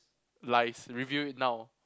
lies reveal it now